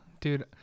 dude